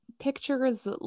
pictures